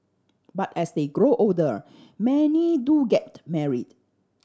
but as they grow older many do get married